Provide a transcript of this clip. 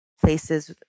places